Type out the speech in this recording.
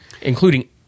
including